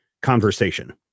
conversation